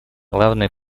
главные